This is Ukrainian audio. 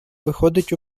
виходить